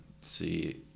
see